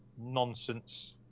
nonsense